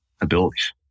abilities